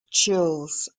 chills